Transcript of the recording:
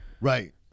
Right